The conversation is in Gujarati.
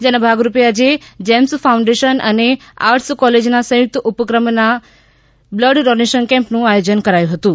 જેના ભાગરૂપે આજે જેમ્સ ફાઉન્ડેશન અને આટ્સ કોલેજના સંયુક્ત ઉપક્રમના બ્લડ ડોનેશન કેમ્પનું આયોજન કરાયું હતું